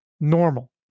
Normal